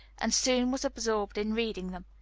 and soon was absorbed in reading them.